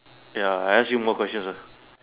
ya I ask you more questions ah